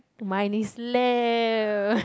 mine is left